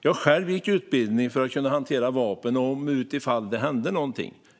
Jag gick själv på en utbildning för att kunna hantera vapen om något skulle hända.